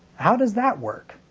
how does that work?